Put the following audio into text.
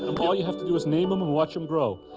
all you have to do is name him and watch him grow.